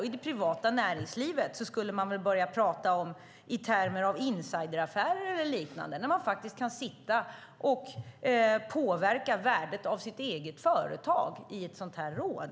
I det privata näringslivet skulle man väl börja prata i termer av insideraffärer eller liknande när man kan påverka värdet av sitt eget företag i ett sådant här råd.